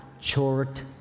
short